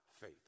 faith